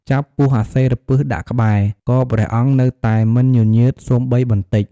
ចាប់ពស់អសិរពិសដាក់ក្បែរ ក៏ព្រះអង្គនៅតែមិនញញើតសូម្បីបន្តិច។